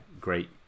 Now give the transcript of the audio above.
great